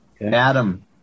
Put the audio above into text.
Adam